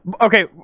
Okay